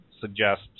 suggest